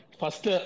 first